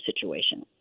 situation